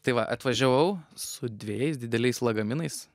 tai va atvažiavau su dvejais dideliais lagaminais